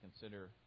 consider